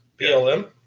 BLM